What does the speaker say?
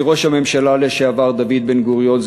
מראש הממשלה לשעבר דוד בן-גוריון,